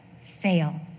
fail